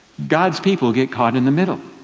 god's people get caught in the middle.